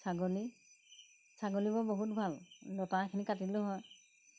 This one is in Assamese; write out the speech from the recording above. ছাগলী ছাগলীবোৰ বহুত ভাল লতা এখিনি কাটি দিলেও হয়